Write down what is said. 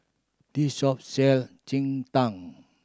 this shop sell cheng tng